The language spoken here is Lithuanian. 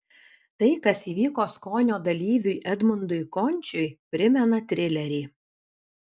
tai kas įvyko skonio dalyviui edmundui končiui primena trilerį